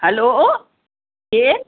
हलो केरु